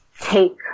take